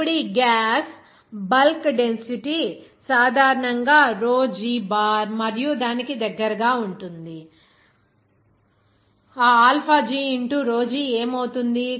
ఇప్పుడు ఈ gas bulk density సాధారణంగా రో జి బార్ మరియు దానికి దగ్గరగా ఉంటుంది ఆ alpha g into rho g ఏమవుతుంది